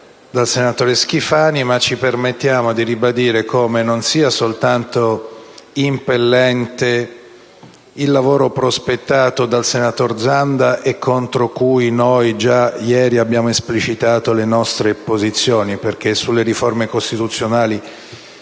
dal senatore Schifani, ma ci permettiamo di ribadire come non sia impellente soltanto il lavoro prospettato dal senatore Zanda (e contro cui noi ieri abbiamo esplicitato le nostre posizioni, perché sulle riforme costituzionali